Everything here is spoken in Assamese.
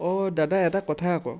অ' দাদা এটা কথা আকৌ